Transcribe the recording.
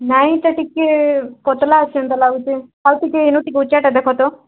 ନାଇତ ଟିକେ ପତଳା ଅଛେ କେନ୍ତା ଲାଗୁଛି ଆଉ ଟିକେ ଇନୁ ଟିକେ ଉଚ୍ଚାଟା ଦେଖ ତ